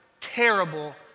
terrible